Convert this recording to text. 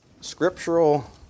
scriptural